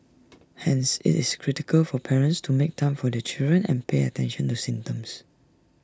hence IT is critical for parents to make time for their children and pay attention to symptoms